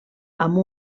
amb